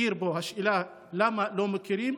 השאלה: למה לא מכירים?